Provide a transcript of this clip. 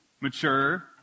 mature